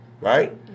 Right